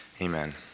amen